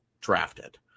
drafted